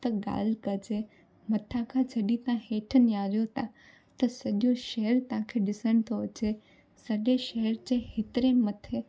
छा त ॻाल्हि कजे मथां खां जॾहिं तव्हां हेठ निहारियो था त सॼो शहर तांखे ॾिसण थो अचे सॾे शहर जे हेतिरी मथे